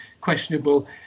questionable